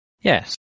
Yes